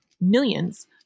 millions